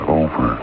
over